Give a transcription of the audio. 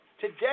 today